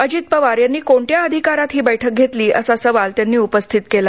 अजित पवार यांनी कोणत्या अधिकारात ही बैठक घेतली असा सवाल त्यांनी उपस्थित केला